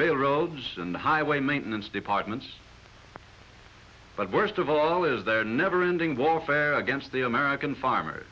railroads and highway maintenance departments but worst of all is their never ending warfare against the american farmer